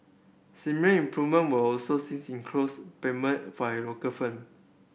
similar improvement were also sees in clothes payment local firm